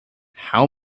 how